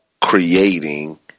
creating